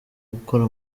gukora